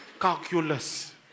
Calculus